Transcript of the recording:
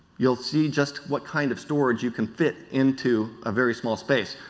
you will see just what kind of storage you can fit into a very small space.